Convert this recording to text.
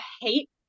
hate